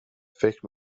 فکر